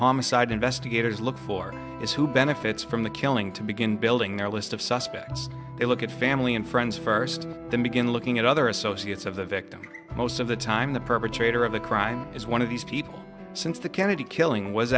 homicide investigators look for is who benefits from the killing to begin building their list of suspects they look at family and friends first then begin looking at other associates of the victim most of the time the perpetrator of the crime is one of these people since the kennedy killing was